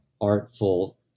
artful